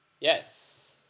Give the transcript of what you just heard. Yes